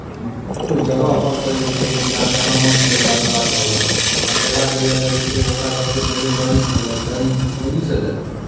ओ जगहपर सँ जे छै जेकि अहाँकेँ आमक पेड़ लगेबाक यए तऽ लगेबाक यए तऽ जे छै ओकरा सभसँ पहिले दरी खुनलक दरी दूरीसँ लेलक